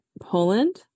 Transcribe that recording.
Poland